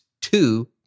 two